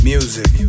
Music